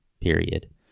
Period